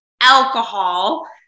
alcohol